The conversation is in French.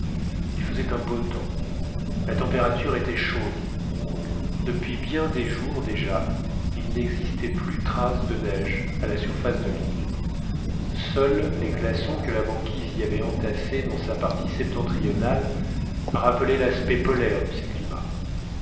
il faisait un beau temps la température était chaude depuis bien des jours déjà il n'existait plus trace de neige à la surface de l'île seuls les glaçons que la banquise y avait entassés dans sa partie septentrionale rappelaient l'aspect polaire de ces climats